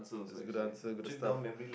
is good answer good stuff